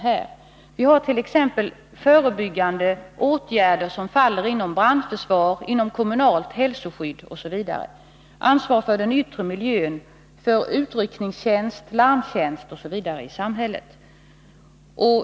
Den gäller t.ex. förebyggande åtgärder som faller inom brandförsvaret, det kommunala hälsoskyddet osv. och ansvaret för den yttre miljön, för utryckningstjänst, larmtjänst osv.